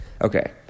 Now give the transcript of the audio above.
Okay